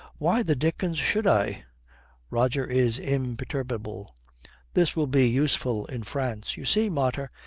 why the dickens should i roger is imperturbable this will be useful in france. you see, mater,